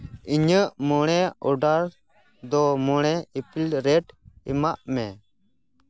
ᱤᱧᱟᱹᱜ ᱢᱚᱬᱮ ᱚᱰᱟᱨ ᱫᱚ ᱢᱚᱬᱮ ᱤᱯᱤᱞ ᱨᱮᱹᱴ ᱮᱢᱟᱜ ᱢᱮ